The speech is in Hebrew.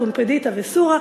פומפדיתא וסורא.